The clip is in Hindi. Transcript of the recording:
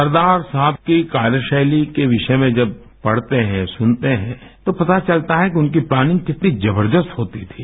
सरदार साहब की कार्यशैली के विषय में जब पढ़ते हैं सुनते हैं तो पता चलता है कि उनकी प्लानिंग कितनी जबरदस्त होती थी